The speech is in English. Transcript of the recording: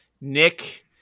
Nick